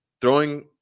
throwing